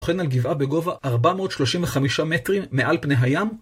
שוכן על גבעה בגובה 435 מטרים מעל פני הים.